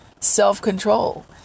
self-control